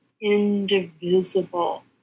indivisible